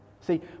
See